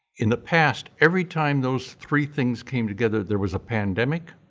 in the past, every time those three things came together there was a pandemic.